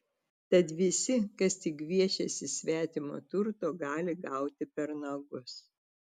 tad visi kas tik gviešiasi svetimo turto gali gauti per nagus